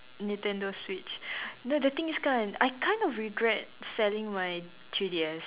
Nintendo Switch no the thing is kan I kind of regret selling my three D_S